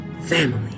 family